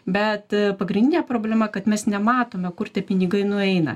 bet pagrindinė problema kad mes nematome kur tie pinigai nueina